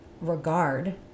regard